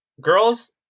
girls